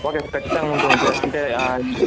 okay sir కచ్చితంగా ఉంటుంది sir అంటే